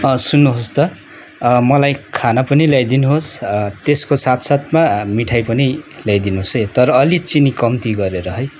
सुन्नुहोस् त मलाई खाना पनि ल्याइदिनुहोस् त्यसको साथ साथ मिठाई पनि ल्याइदिनुहोस् है र अलि चिनी कम्ती गरेर है